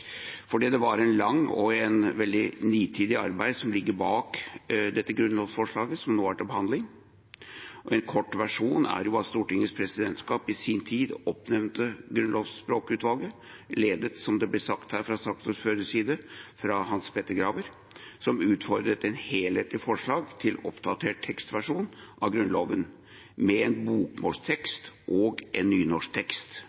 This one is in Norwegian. Det er et veldig langt og nitid arbeid som ligger bak dette grunnlovsforslaget som nå er til behandling. En kort versjon er at Stortingets presidentskap i sin tid oppnevnte Grunnlovsspråkutvalget, ledet – som det ble sagt her fra saksordførerens side – av Hans Petter Graver, som utformet et helhetlig forslag til en oppdatert tekstversjon av Grunnloven, med én bokmålstekst og én nynorsktekst, en